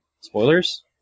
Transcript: spoilers